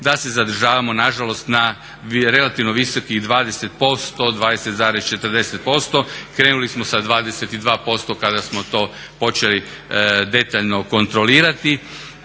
da se zadržavamo nažalost na relativno visokih 20%, 20,40%. Krenuli smo sa 22% kada smo to počeli detaljno kontrolirati,